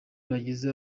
bagize